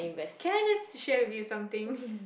can I just share with you something